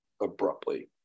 abruptly